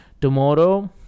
Tomorrow